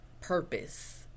purpose